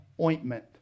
ointment